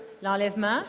L'enlèvement